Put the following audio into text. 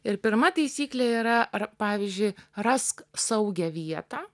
ir pirma taisyklė yra ar pavyzdžiui rask saugią vietą